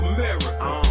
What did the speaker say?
America